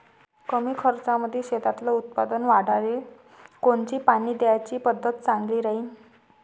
कमी खर्चामंदी शेतातलं उत्पादन वाढाले कोनची पानी द्याची पद्धत चांगली राहीन?